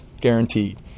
guaranteed